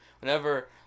Whenever